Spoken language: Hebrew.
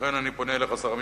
לכן אני פונה אליך, שר המשפטים.